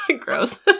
Gross